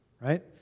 right